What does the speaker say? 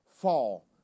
fall